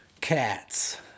Cats